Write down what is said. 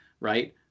Right